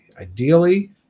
ideally